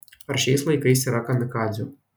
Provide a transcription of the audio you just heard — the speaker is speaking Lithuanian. ar šiais laikais yra kamikadzių